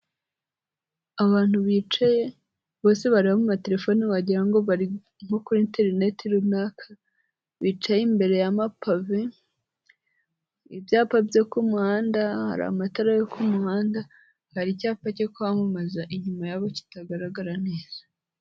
Abantu bicaye, bose bareba mu ma telefone wagirango ngo bari nko kuri interineti runaka, bicaye imbere y'amapave, ibyapa byo ku muhanda, hari amatara yo ku muhanda, hari icyapa cyo kwamamaza inyuma yabo, kitagaragara neza.